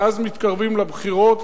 ואז מתקרבים לבחירות,